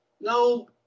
No